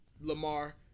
Lamar